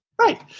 Right